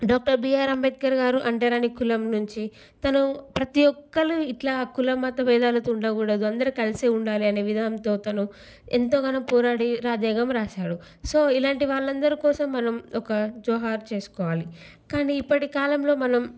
doctor B R Ambedkar గారు అంటరాని కులం నుంచి తను ప్రతీ ఒక్కళ్ళు ఇట్లా కులమత బేధాలతో ఉండగూడదు అందరూ కలిసే ఉండాలి అనే విధానంతో తను ఎంతగానో పోరాడి రాజ్యాంగం రాశాడు సో ఇలాంటి వాళ్ళందరూ కోసం మనం ఒక జోహార్ చేసుకోవాలి కానీ ఇప్పటి కాలంలో మనం